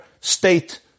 state